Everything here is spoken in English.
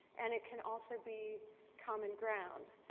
and it can also be common ground.